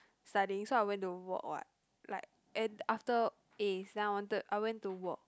studying so I went to work what like and after A's then I wanted I went to work